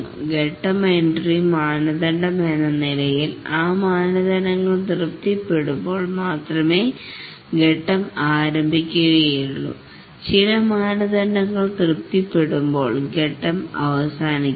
ഘട്ടം എൻട്രി മാനദണ്ഡം എന്ന നിലയിൽ ആ മാനദണ്ഡങ്ങൾ തൃപ്തിപെടുമ്പോൾ മാത്രമേ ഘട്ടം ആരംഭിക്കുകയുള്ളൂ ചില മാനദണ്ഡങ്ങൾ തൃപ്തിപ്പെടുബോൾ ഘട്ടം അവസാനിക്കുന്നു